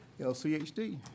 LCHD